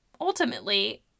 ultimately